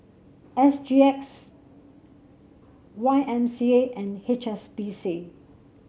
S G X Y M C A and H S B C